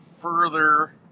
Further